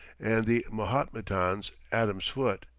and the mahometans adam's, foot.